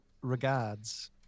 Regards